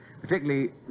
particularly